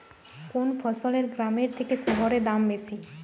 কোন ফসলের গ্রামের থেকে শহরে দাম বেশি?